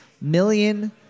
million